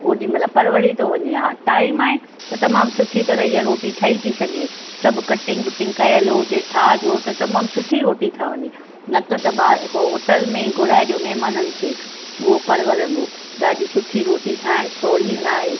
होॾी महिल परिवरी थो वञे हाणे टाइम आहे त तमामु सुठी तरह ईअं रोटी ठई थी सघे सभु कटिंग वटिंग कयलु हुजे ठाह जोड़ त तमामु सुठी रोटी ठहंदी न त त ॿा होटल में ई घुराए ॾियो महिमाननि खे उहो परिवरंदो ॾाढी सुठी रोटी ठाहिण सहुली ना आहे